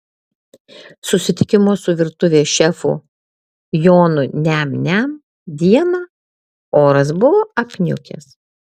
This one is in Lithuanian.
susitikimo su virtuvės šefu jonu niam niam dieną oras buvo apniukęs